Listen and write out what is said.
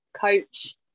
coach